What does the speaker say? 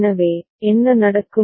எனவே என்ன நடக்கும்